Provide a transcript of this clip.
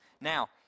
Now